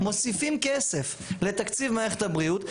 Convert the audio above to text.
מוסיפים כסף לתקציב מערכת הבריאות,